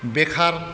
बेखार